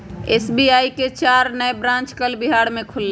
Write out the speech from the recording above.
SBI के चार नए ब्रांच कल बिहार में खुलय